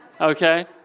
okay